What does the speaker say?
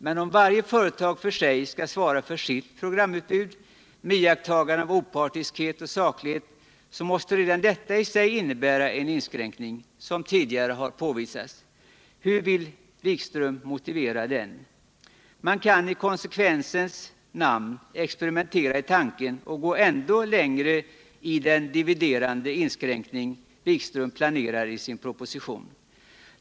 Men om varje företag för sig skall svara för sitt programutbud med iakttagande av opartiskhet och saklighet måste redan detta i sig — som tidigare har påvisats —- innebära en inskränkning. Hur vill Jan Erik Wikström motivera den? Man kan ikonsekvensens namn experimentera i tanken och gå ännu längre i den dividerande inskränkning som Jan-Erik Wikström planerar i sin proposition.